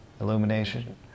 illumination